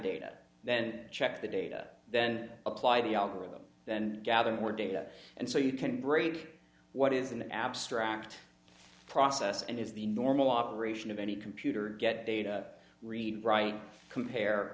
data then check the data then apply the algorithm then gather more data and so you can break what is an abstract process and is the normal operation of any computer get data read write compare